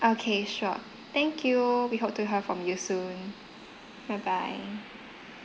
okay sure thank you we hope to hear from you soon bye bye